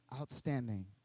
outstanding